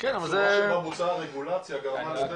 הצורה שבה בוצעה הרגולציה גרמה לזה